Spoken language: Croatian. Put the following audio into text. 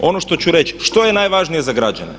Ono što ću reći, što je najvažnije za građane?